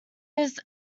his